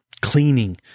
cleaning